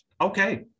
okay